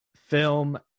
film